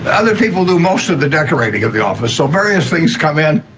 other people do most of the decorating of the office so various things come in